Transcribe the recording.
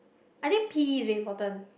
I think P_E is very important